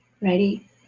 Ready